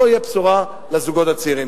לא תהיה בשורה לזוגות הצעירים.